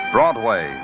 Broadway